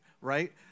Right